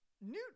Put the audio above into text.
Newt